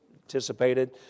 anticipated